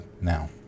now